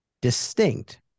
distinct